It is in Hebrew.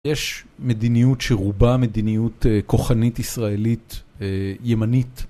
יש מדיניות שרובה מדיניות כוחנית ישראלית ימנית